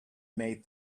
made